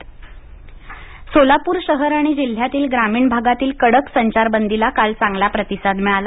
संचारबंदी सोलाप्र सोलापूर शहर आणि जिल्ह्यातील ग्रामीण भागातील कडक संचारबंदीला काल चांगला प्रतिसाद मिळाला